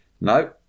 No